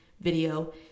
video